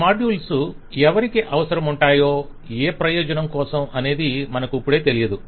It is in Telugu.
ఈ మాడ్యూల్స్ ఎవరికి అవసరముంటాయో ఏ ప్రయోజనం కోసం అనేది మనకు ఇప్పుడే తెలియదు